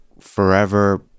forever